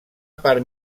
part